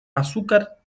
azúcar